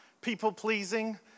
people-pleasing